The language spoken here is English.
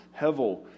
Hevel